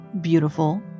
beautiful